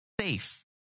safe